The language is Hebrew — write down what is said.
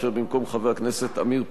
כאשר במקום חבר הכנסת עמיר פרץ,